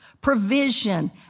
provision